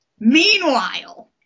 Meanwhile